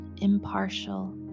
impartial